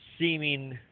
seeming